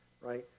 right